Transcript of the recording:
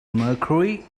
mercury